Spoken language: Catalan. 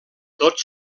tot